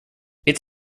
its